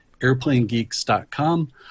airplanegeeks.com